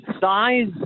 size